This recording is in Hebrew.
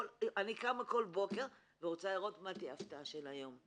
אני קמה כל בוקר ורוצה להיות מה תהיה ההפתעה של היום.